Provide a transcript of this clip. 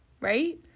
Right